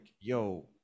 yo